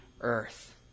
earth